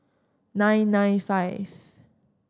nine nine five